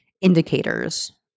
indicators